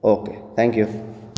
okay thank you